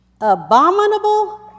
abominable